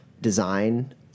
design